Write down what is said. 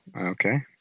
Okay